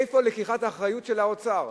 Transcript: איפה לקיחת האחריות של האוצר?